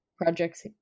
projects